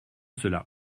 cela